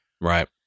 Right